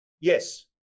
yes